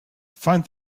find